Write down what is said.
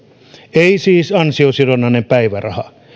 ei siis ansiosidonnainen päiväraha